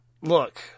Look